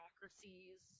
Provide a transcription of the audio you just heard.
bureaucracies